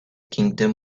kingdom